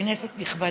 כנסת נכבדה,